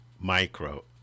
micro